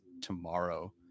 tomorrow